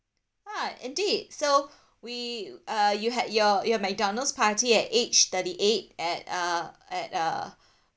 ah indeed so we uh you had your your McDonald's party at age thirty eight at uh at uh